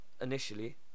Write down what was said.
initially